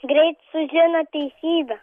greit sužino teisybę